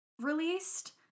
released